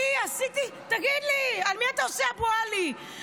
אני עשיתי, תגיד לי, על מי אתה עושה אבו עלי?